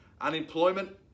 Unemployment